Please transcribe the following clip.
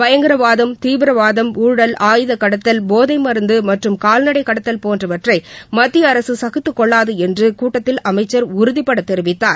பயங்கரவாதம் தீவிரவாதம் ஊழல் ஆயுத கடத்தல் போதை மருந்து மற்றும் கால்நடை கடத்தல் போன்றவற்றை மத்திய அரசு சகித்து கொள்ளாது என்று கூட்டத்தில் அமைச்சர் உறுதிபட தெரிவித்தார்